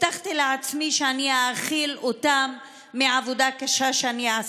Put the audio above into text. הבטחתי לעצמי שאני אאכיל אותם מעבודה קשה שאני אעשה.